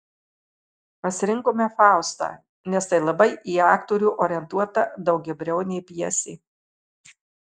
pasirinkome faustą nes tai labai į aktorių orientuota daugiabriaunė pjesė